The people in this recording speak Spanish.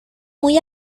muy